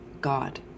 God